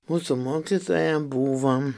mūsų mokytoja buvo